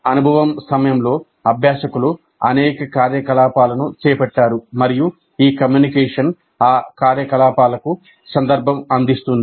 అనుభవం సమయంలో అభ్యాసకులు అనేక కార్యకలాపాలను చేపట్టారు మరియు ఈ కమ్యూనికేషన్ ఆ కార్యకలాపాలకు సందర్భం అందిస్తుంది